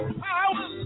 power